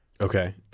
Okay